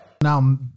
Now